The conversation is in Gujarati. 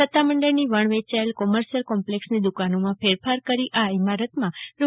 સતામંડળની વણવેચાયેલ કોમર્શીયલ કોમ્પ્લેક્ષની દુકાનોમાં ફેરફાર કરી આ ઈમારતમાં રૂ